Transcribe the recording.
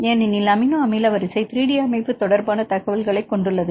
ஏனெனில் அமினோ அமில வரிசை 3D அமைப்பு தொடர்பான தகவல்களைக் கொண்டுள்ளது